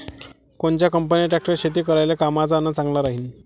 कोनच्या कंपनीचा ट्रॅक्टर शेती करायले कामाचे अन चांगला राहीनं?